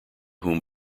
whom